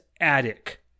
Attic